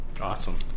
awesome